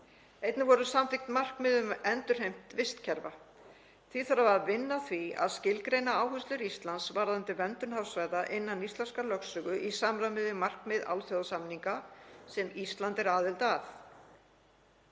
Einnig voru samþykkt markmið um endurheimt vistkerfa. Því þarf að vinna að því að skilgreina áherslur Íslands varðandi verndun hafsvæða innan íslenskrar lögsögu í samræmi við markmið alþjóðasamninga sem Ísland er aðili að.